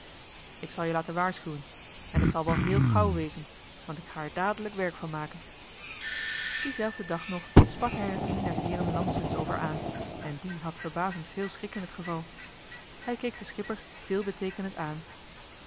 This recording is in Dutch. k zal je laten waarschuwen en het zal wel heel gauw wezen want ik ga er dadelijk werk van maken dienzelfden dag nog sprak hij er een der heeren lampsens over aan en die had verbazend veel schik in het geval joh h been paddeltje de scheepsjongen van michiel de ruijter hij keek den schipper veelbeteekenend aan